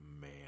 man